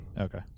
okay